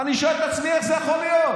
אני שואל את עצמי, איך זה יכול להיות?